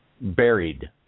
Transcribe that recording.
buried